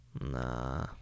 Nah